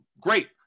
Great